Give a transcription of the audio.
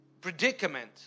predicament